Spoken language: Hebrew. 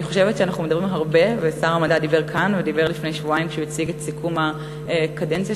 היה פה ארבע שנים ולא הצליח לקבל פה תקן.